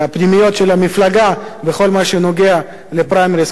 המפלגה בכל מה שנוגע לפריימריז כאלה ואחרים.